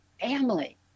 family